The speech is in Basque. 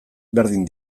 berdin